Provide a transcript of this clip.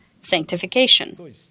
sanctification